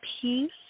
peace